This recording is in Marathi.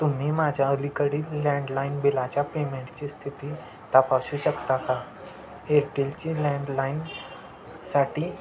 तुम्ही माझ्या अलीकडील लँडलाईन बिलाच्या पेमेंटची स्थिती तपासू शकता का एअरटेलची लँडलाईन साठी